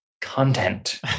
content